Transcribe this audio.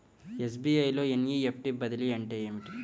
SBI లో NEFT బదిలీ అంటే ఏమిటి?